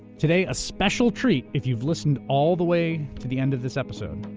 today, a special treat if you've listened all the way to the end of this episode.